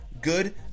Good